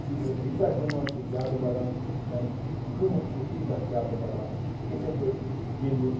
یَتھ چیٖزَس ییٖژاہ ڈِمانڈ چھِ زیادٕ بَڑان تَمیُک قٕمَتھ چھُ تیوٗتاہ زیادٕ بَڑان یِتھے پٲٹھۍ ییٚلہِ